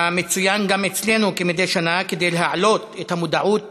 המצוין גם אצלנו, כמדי שנה, כדי להעלות את המודעות